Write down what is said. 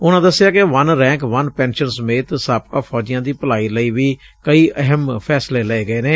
ਉਨੂਾਂ ਦਸਿਆ ਕਿ ਵਨ ਰੈਂਕ ਵਨ ਪੈਨਸ਼ਨ ਸਮੇਤ ਸਾਬਕਾ ਫੌਜੀਆਂ ਦੀ ਭਲਾਈ ਲਈ ਵੀ ਕਈ ਅਹਿਮ ਫੈਸਲੇ ਲਏ ਗਏ ਨੇ